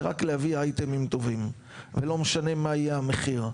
רק להביא אייטמים טובים ולא משנה מה יהיה המחיר.